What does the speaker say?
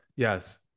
Yes